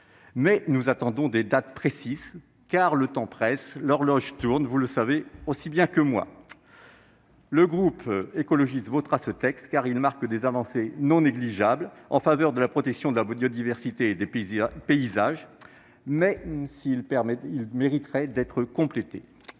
mais nous attendons des dates précises, car l'horloge tourne, vous le savez aussi bien que moi. Le groupe écologiste votera ce texte, car il marque des avancées non négligeables en faveur de la protection de la biodiversité et des paysages. Toutefois, il mériterait d'être complété.